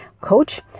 coach